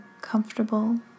comfortable